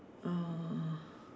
uh